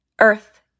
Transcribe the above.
Earth